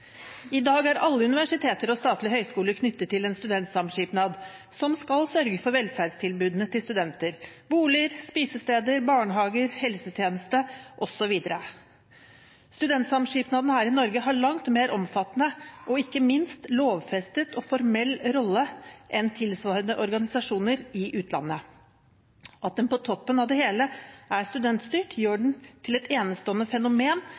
I dag er alle universiteter og statlige høyskoler tilknyttet en studentsamskipnad, som skal sørge for velferdstilbud til studenter: boliger, spisesteder, barnehager, helsetjeneste osv. Studentsamskipnaden her i Norge har en langt mer omfattende og ikke minst lovfestet og formell rolle enn tilsvarende organisasjoner i utlandet. At den på toppen av det hele er studentstyrt, gjør den til et enestående fenomen